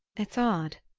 it's odd,